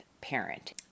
parent